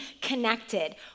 connected